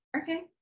Okay